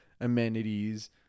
amenities